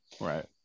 right